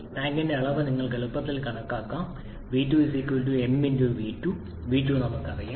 ടാങ്കിന്റെ അളവ് നിങ്ങൾക്ക് എളുപ്പത്തിൽ കണക്കാക്കാം V mv2 v2 നമുക്ക് അറിയാം